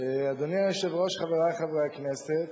אדוני היושב-ראש, חברי חברי הכנסת,